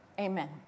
Amen